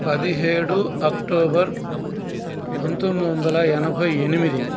పదిహేడు అక్టోబర్ పంతొమ్మిది వందల ఎనభై ఎనిమిది